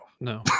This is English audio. no